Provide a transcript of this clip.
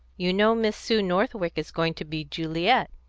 you know miss sue northwick is going to be juliet?